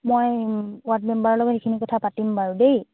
মই ৱাৰ্ড মেম্বাৰৰ লগত সেইখিনি কথা পাতিম বাৰু দেই